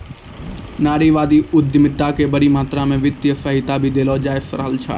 नारीवादी उद्यमिता क बड़ी मात्रा म वित्तीय सहायता भी देलो जा रहलो छै